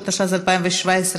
התשע"ז 2017,